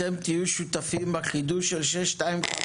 אתם תהיו שותפים בחידוש של 625?